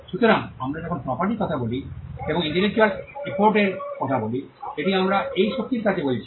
সুতরাং যখনই আমরা যখন প্রপার্টির কথা বলি এবং ইন্টেলেকচুয়াল এফোর্টের কথা বলি এটিই আমরা এই শক্তির কথা বলছি